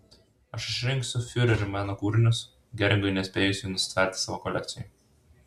aš išrinksiu fiureriui meno kūrinius geringui nespėjus jų nusitverti savo kolekcijai